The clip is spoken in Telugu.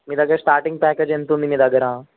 మీ దగ్గర స్టార్టింగ్ ప్యాకేజ్ ఎంత ఉంది మీ దగ్గర